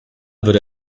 würde